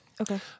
Okay